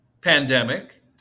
pandemic